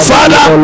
Father